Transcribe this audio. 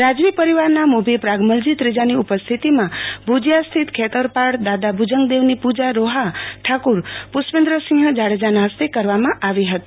રાજવી પરિવારના મોભી પ્રાગમલજી ત્રીજાની ઉપસ્થિતિમાં ભુજીયા સ્થિત ખેતરપાળ દાદા ભુજંગદેવની પૂજા રોહા ઠાકુર પુષ્પેન્દ્રસિંહ જાડેજાના હસ્તે કરવામાં આવી હતી